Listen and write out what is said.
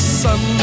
sun